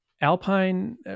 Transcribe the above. Alpine